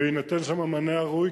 ויינתן שם המענה הראוי,